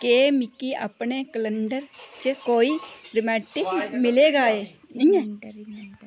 केह् मिगी अपने कैलेंडर च कोई रिमैटिक मिलेगा ऐ